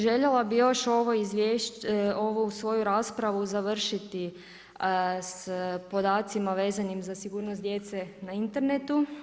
Željela bih još ovu svoju raspravu završiti s podacima vezanim za sigurnost djece na internetu.